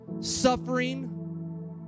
suffering